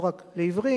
לא רק לעיוורים,